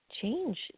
change